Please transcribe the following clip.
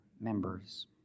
members